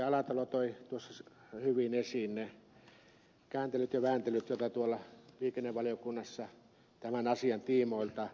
alatalo toi tuossa hyvin esiin ne kääntelyt ja vääntelyt joita tuolla liikennevaliokunnassa tämän asian tiimoilta teimme